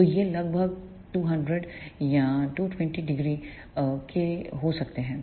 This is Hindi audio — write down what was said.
तो यह लगभग 2000या 2200 के हो सकता है